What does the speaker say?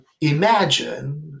imagine